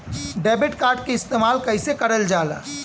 Debit card के इस्तेमाल कइसे करल जाला?